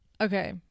Okay